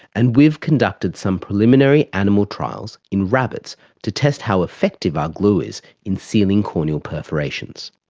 and we've conducted some preliminary animal trials in rabbits to test how effective our glue is in sealing corneal perforations.